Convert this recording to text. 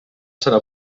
serà